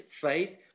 phase